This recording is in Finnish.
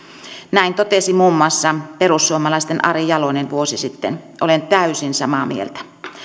näin totesi muun muassa perussuomalaisten ari jalonen vuosi sitten olen täysin samaa mieltä